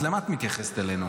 אז למה את מתייחסת אלינו?